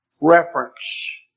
reference